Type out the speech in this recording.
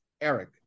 Eric